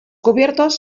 cubiertos